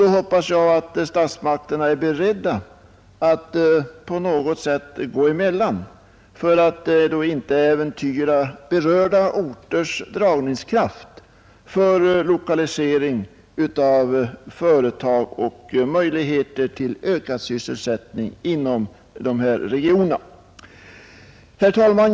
Jag hoppas därför att statsmakterna är beredda att då på något sätt gå emellan för att inte äventyra berörda orters dragningskraft för lokalisering av företag så att man får möjligheter till ökad sysselsättning inom dessa regioner. Herr talman!